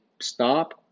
stop